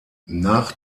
nach